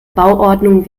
bauordnung